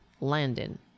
Landon